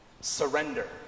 Surrender